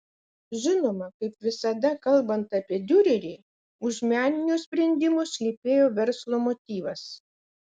žinoma kaip visada kalbant apie diurerį už meninio sprendimo slypėjo verslo motyvas